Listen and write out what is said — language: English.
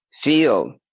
feel